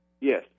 Yes